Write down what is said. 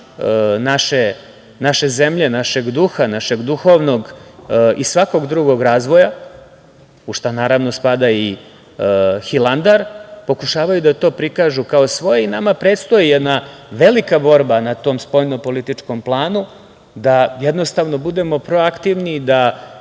naše zemlje, našeg duha, našeg duhovnog i svakog drugog razvoja, u šta naravno spada i Hilandar, pokušavaju da to prikažu kao svoje. Nama predstoji jedna velika borba na tom spoljno-političkom planu, da jednostavno budemo proaktivni i da